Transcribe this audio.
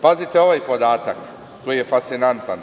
Pazite ovaj podatak koji je fascinantan.